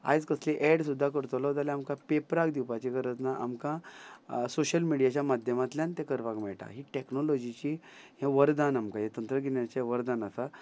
कसली एड सुद्दां करतलो जाल्यार आमकां पेपराक दिवपाची गरज ना आमकां सोशल मिडियाच्या माध्यमांतल्यान तें करपाक मेळटा ही टॅक्नोलॉजीची हे वरदान आमकां हें तंत्रज्ञानाचे वरदान आसा